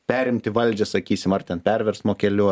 perimti valdžią sakysim ar ten perversmo keliu